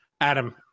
Adam